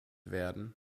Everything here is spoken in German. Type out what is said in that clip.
werden